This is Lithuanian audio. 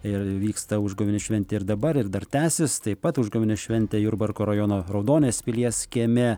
ir vyksta užgavėnių šventė ir dabar ir dar tęsis taip pat užgavėnių šventė jurbarko rajono raudonės pilies kieme